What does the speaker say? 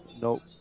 Nope